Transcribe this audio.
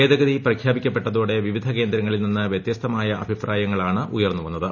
ഭേദഗതി പ്രഖ്യാപിക്കപ്പെട്ടതോടെ വിവിധ കേന്ദ്രങ്ങളിൽ നിന്ന് വൃതൃസ്തമായ അഭിപ്രായങ്ങളാണ് ഉയർന്നുവന്നത്